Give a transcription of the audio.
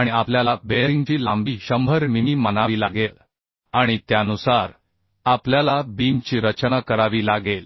आणि आपल्याला बेअरिंगची लांबी 100 मिमी मानावी लागेल आणि त्यानुसार आपल्याला बीमची रचना करावी लागेल